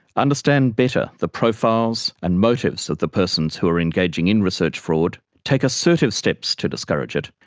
understand better the profiles and motives of the persons who are engaging in research fraud, take assertive steps to discourage it,